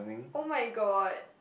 [oh]-my-god